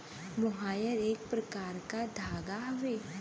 मोहायर एक प्रकार क धागा हउवे